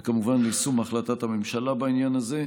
וכמובן ליישום החלטת הממשלה בעניין הזה,